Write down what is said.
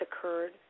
occurred